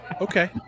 Okay